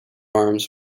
arms